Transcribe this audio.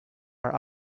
are